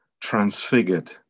transfigured